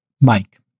Mike